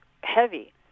heavy